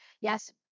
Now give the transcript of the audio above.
Yes